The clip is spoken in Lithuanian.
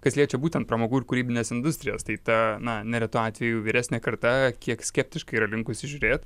kas liečia būtent pramogų ir kūrybines industrijas tai ta na neretu atveju vyresnė karta kiek skeptiškai yra linkusi žiūrėt